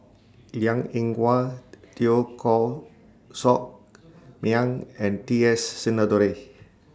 Liang Eng Hwa Teo Koh Sock Miang and T S Sinnathuray